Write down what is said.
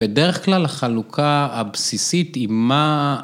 ‫בדרך כלל החלוקה הבסיסית ‫עם מה...